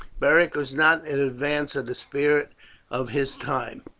beric was not in advance of the spirit of his time.